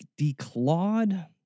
declawed